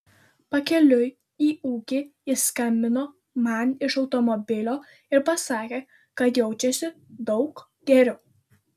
pakeliui į ūkį jis skambino man iš automobilio ir pasakė kad jaučiasi daug geriau